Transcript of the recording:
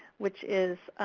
which is